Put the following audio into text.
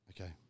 Okay